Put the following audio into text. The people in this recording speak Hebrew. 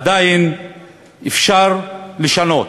עדיין אפשר לשנות.